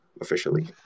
officially